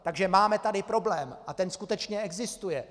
Takže máme tady problém, a ten skutečně existuje.